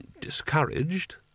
discouraged